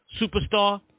superstar